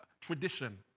tradition